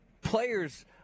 players